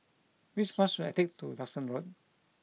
which bus should I take to Duxton Road